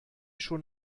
schon